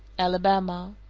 alabama.